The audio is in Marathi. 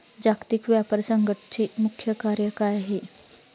जागतिक व्यापार संघटचे मुख्य कार्य काय आहे?